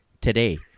Today